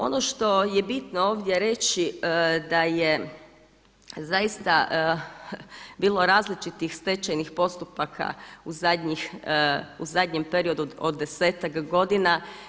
Ono što je bitno ovdje reći da je zaista bilo različitih stečajnih postupaka u zadnjem periodu od desetak godina.